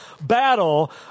battle